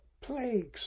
plagues